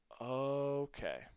okay